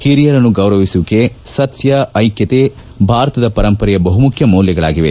ಹಿರಿಯರನ್ನು ಗೌರವಿಸುವಿಕೆ ಸತ್ಯ ಐಕ್ಯತೆ ಭಾರತದ ಪರಂಪರೆಯ ಬಹುಮುಖ್ಯ ಮೌಲ್ಯಗಳಾಗಿವೆ